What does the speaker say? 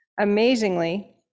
amazingly